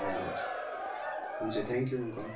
हजुर हजुर हुन्छ थ्यान्क यु अङ्कल